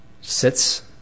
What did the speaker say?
sits